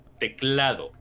Teclado